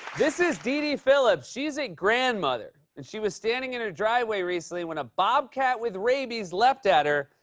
this is dede phillips. she is a grandmother. and she was standing in her driveway recently when a bobcat with rabies leapt at her,